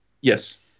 Yes